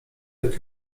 jak